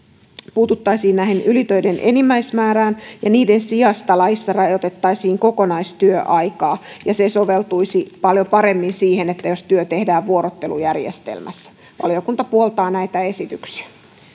puututtaisiin ylitöiden enimmäismääriin ja niiden sijasta laissa rajoitettaisiin kokonaistyöaikaa se soveltuisi paljon paremmin siihen jos työ tehdään vuorottelujärjestelmässä valiokunta puoltaa näitä esityksiä